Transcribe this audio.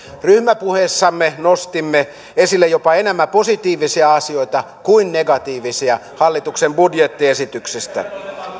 ryhmäpuheessamme nostimme esille jopa enemmän positiivisia asioita kuin negatiivisia hallituksen budjettiesityksestä